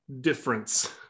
difference